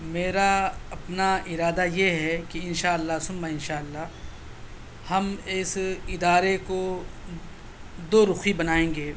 میرا اپنا ارادہ یہ ہے کہ ان شاء اللہ ثم ان شاء اللہ ہم اس ادارے کو دو رخی بنائیں گے